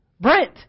brent